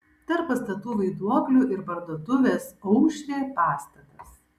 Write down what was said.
tarp pastatų vaiduoklių ir parduotuvės aušrė pastatas